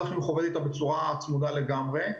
החינוך עובד איתה בצורה צמודה לגמרי.